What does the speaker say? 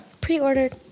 Pre-ordered